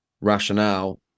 rationale